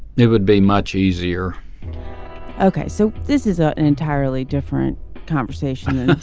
it would be much easier ok. so this is ah an entirely different conversation.